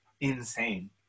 insane